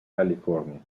california